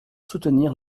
soutenir